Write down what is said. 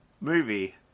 movie